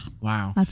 Wow